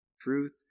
Truth